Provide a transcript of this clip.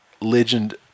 legend